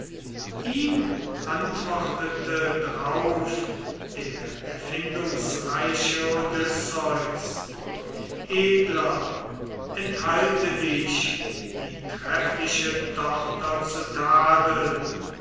ihm antwortete drauf der erfindungsreiche odysseus edler enthalte dich die treffliche tochter zu tadeln